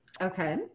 Okay